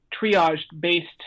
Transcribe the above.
triage-based